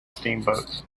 steamboats